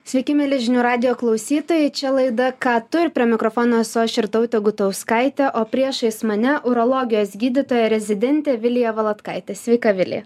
sveiki mieli žinių radijo klausytojai čia laida ką tu ir prie mikrofono su irtautė gutauskaitė o priešais mane urologijos gydytoja rezidentė vilija valatkaitė sveika vilija